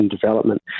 development